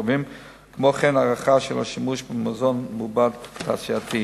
וכן הערכה של השימוש במזון מעובד תעשייתי,